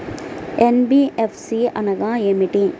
NBFC అనగా ఏమిటీ?